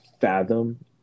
fathom